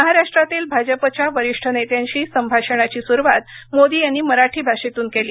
महाराष्ट्रातील भाजपच्या वरिष्ठ नेत्यांशी संभाषणाची सुरूवात मोदी यांनी मराठी भाषेतून केली